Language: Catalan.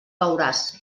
veuràs